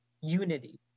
unity